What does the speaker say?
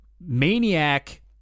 maniac